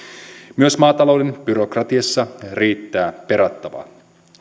myös maatalouden byrokratiassa riittää perattavaa